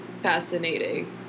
fascinating